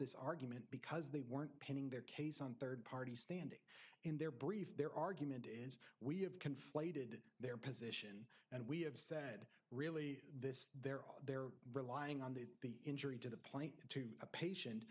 this argument because they weren't pinning their case on third party standing in their brief their argument is we have conflated their position and we have said really this they're all they're relying on the injury to the plate to a patient